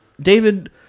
David